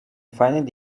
find